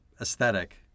aesthetic